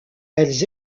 elles